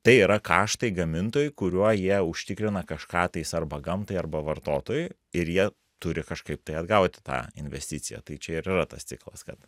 tai yra kaštai gamintojui kuriuo jie užtikrina kažką tais arba gamtai arba vartotojui ir jie turi kažkaip tai atgauti tą investiciją tai čia ir yra tas ciklas kad